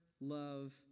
love